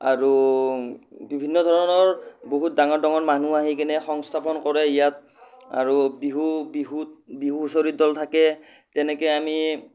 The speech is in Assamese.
আৰু বিভিন্ন ধৰণৰ বহুত ডাঙৰ ডাঙৰ মানুহ আহি কিনে সংস্থাপন কৰে ইয়াত আৰু বিহু বিহুত বিহু হুঁচৰি দল থাকে তেনেকৈ আমি